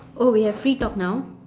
oh we have free talk now